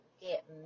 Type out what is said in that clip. get